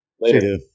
Later